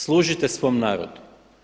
Služite svom narodu.